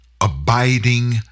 abiding